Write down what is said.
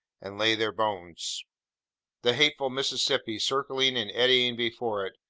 and lay their bones the hateful mississippi circling and eddying before it,